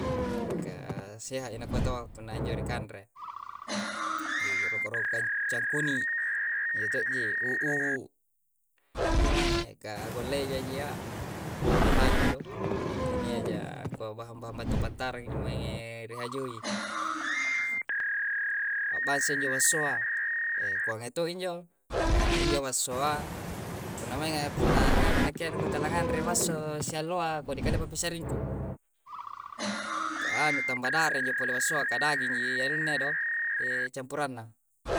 Ka hesae pinna injo ni kandre roko-roko'yi ca'kuni ye to'ji u'uwu nyoange ka golayi ji jiya rehaje do tania ja ko bah bantu pantara injo mai rihajuyi a basse injo wasoa koangae to injo, ka injo massoa punna'maya punna nganu nakea nu bara nganre masso shaloa kode pala pakusaringku. Anu tamba dara injo pole massoa kadangi inji anu'na do campura'na.